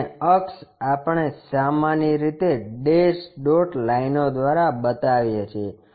અને અક્ષ આપણે સામાન્ય રીતે ડેશ ડોટ લાઇન દ્વારા બતાવીએ છીએ